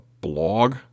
blog